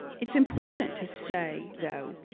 it's important to say though,